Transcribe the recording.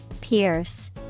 Pierce